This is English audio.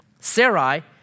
Sarai